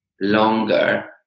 longer